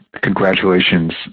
congratulations